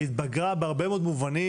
היא התבגרה בהרבה מאוד מובנים,